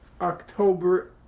October